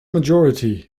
majority